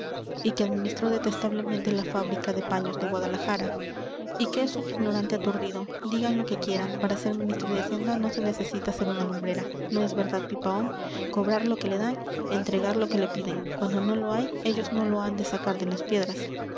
y que administró detestablemente la fábrica de paños de guadalajara y que es un ignorante aturdido digan lo que quieran para ser ministro de hacienda no se necesita ser una lumbrera no es verdad pipaón cobrar lo que le dan entregar lo que le piden cuando no lo hay ellos no lo han de sacar de las piedras